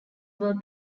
were